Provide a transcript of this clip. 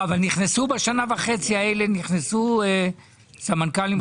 אבל נכנסו בשנה וחצי האלה סמנכ"לים חדשים?